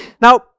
Now